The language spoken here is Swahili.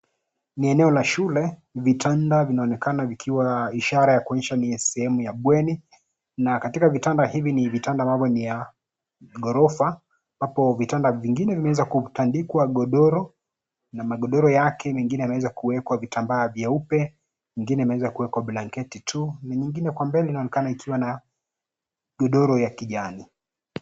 Ni eneo la shule, vitanda vinaonekana vikiwa ishara ya kuonyesha ni sehemu ya bweni. Na katika vitanda hivi ni vitanda ambavyo ni ya ghorofa ambapo vitanda vingine vimeweza kutandikwa godoro na magodoro yake mengine yameweza kuwekwa vitambaa vyeupe ,ingine imeweza kuwekwa blanketi tu na nyingine kwa mbele inaonekana ikiwa na godoro ya kijani.